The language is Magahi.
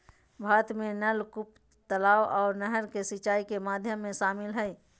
भारत में नलकूप, तलाब आर नहर सिंचाई के माध्यम में शामिल हय